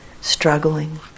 struggling